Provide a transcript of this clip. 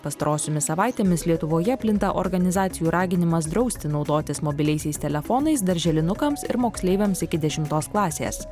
pastarosiomis savaitėmis lietuvoje plinta organizacijų raginimas drausti naudotis mobiliaisiais telefonais darželinukams ir moksleiviams iki dešimtos klasės